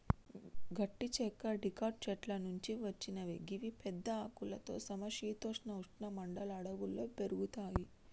గట్టి చెక్క డికాట్ చెట్ల నుంచి వచ్చినవి గివి పెద్ద ఆకులతో సమ శీతోష్ణ ఉష్ణ మండల అడవుల్లో పెరుగుతయి